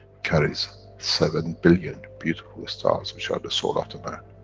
carries seven billion beautiful stars, which are the soul of the man.